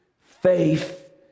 faith